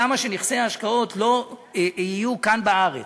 למה שנכסי ההשקעות לא יהיו כאן בארץ?